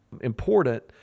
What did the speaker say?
important